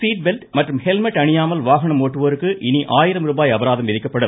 seat belt மற்றும் helmet அணியாமல் வாகனம் ஓட்டுவோருக்கு இவி ஆயிரம் ருபாய் அபராதம் விதிக்கப்படும்